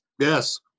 Yes